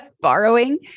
borrowing